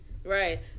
Right